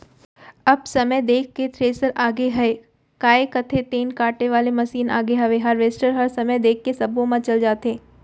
अब समय देख के थेरेसर आगे हयय, काय कथें तेन काटे वाले मसीन आगे हवय हारवेस्टर ह समय देख के सब्बो म चल जाथे